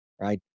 right